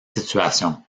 situation